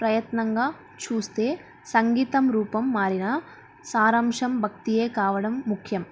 ప్రయత్నంగా చూస్తే సంగీతం రూపం మారినా సారాంశం భక్తియే కావడం ముఖ్యం